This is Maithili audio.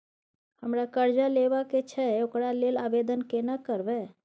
हमरा कर्जा लेबा के छै ओकरा लेल आवेदन केना करबै?